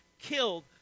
killed